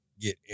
get